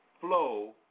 flow